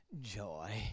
joy